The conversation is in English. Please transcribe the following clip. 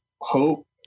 hope